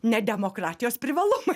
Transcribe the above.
ne demokratijos privalumai